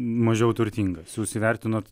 mažiau turtingas jūs įvertinot